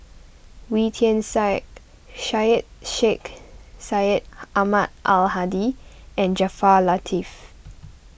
Wee Tian Siak Syed Sheikh Syed Ahmad Al Hadi and Jaafar Latiff